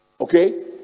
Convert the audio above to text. Okay